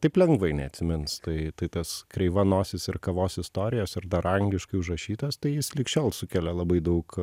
taip lengvai neatsimins tai tai tas kreivanosis ir kavos istorijos ir dar angliškai užrašytas tai jis lig šiol sukelia labai daug